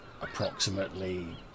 approximately